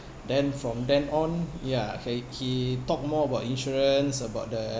then from then on ya he he talk more about insurance about the